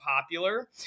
popular